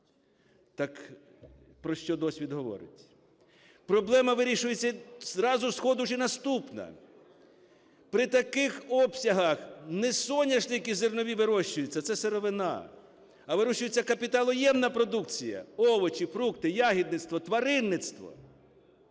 Так про що досвід говорить? Проблема вирішується зразу с ходу ж і наступна. При таких обсягах не соняшники, зернові вирощуються – це сировина, а вирощується капіталоємна продукція: овочі, фрукти, ягідництво, тваринництво